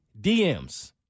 DMs